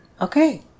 Okay